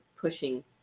pushing